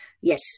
Yes